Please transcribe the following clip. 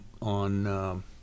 on